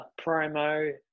promo